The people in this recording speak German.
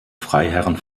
freiherren